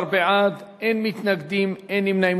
13 בעד, אין מתנגדים, אין נמנעים.